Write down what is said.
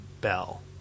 bell